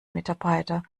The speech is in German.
mitarbeiter